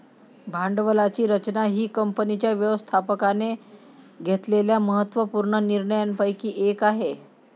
भांडवलाची रचना ही कंपनीच्या व्यवस्थापकाने घेतलेल्या महत्त्व पूर्ण निर्णयांपैकी एक आहे